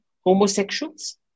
homosexuals